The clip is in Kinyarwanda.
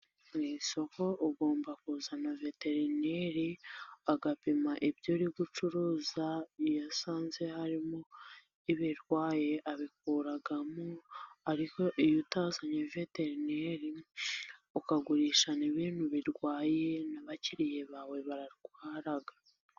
Mu isoko ugomba kuzana veterineri agapima ibyo uri gucuruza iyo ayasanze harimo ibirwaye abikuramo ariko iyo utazanye veterineri ukagurisha ibintu birwaye n'abakiriya bawe bararwara.